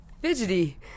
fidgety